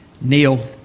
Neil